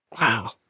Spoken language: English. Wow